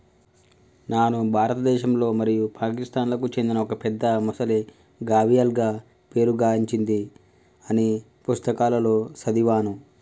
నాను భారతదేశంలో మరియు పాకిస్తాన్లకు చెందిన ఒక పెద్ద మొసలి గావియల్గా పేరు గాంచింది అని పుస్తకాలలో సదివాను